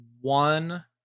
one